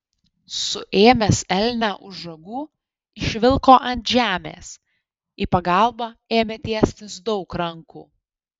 suėmęs elnią už ragų išvilko ant žemės į pagalbą ėmė tiestis daug rankų